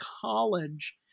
college